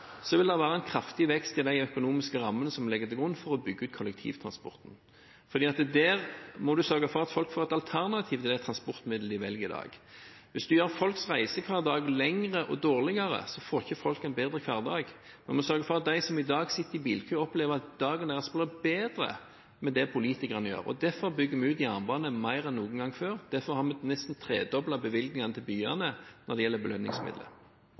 vil det være en kraftig vekst i de økonomiske rammene som ligger til grunn for å bygge ut kollektivtransporten, for der må man sørge for at folk får et alternativ til det transportmiddel de velger i dag. Hvis man gjør folks reisehverdag lengre og dårligere, får ikke folk en bedre hverdag. Vi må sørge for at de som i dag sitter i bilkø, opplever at dagen deres blir bedre med det politikerne gjør. Derfor bygger vi ut jernbane mer enn noen gang før. Derfor har vi nesten tredoblet bevilgningene til byene når det gjelder belønningsmidler.